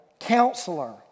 Counselor